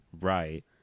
right